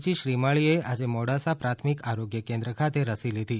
જી શ્રીમાળીએ આજે મોડાસા પ્રાથમિક આરોગ્ય કેન્દ્ર ખાતે રસી લીધી